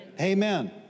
Amen